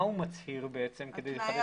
מה הוא מצהיר כדי לחדש את הרישיון?